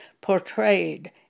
portrayed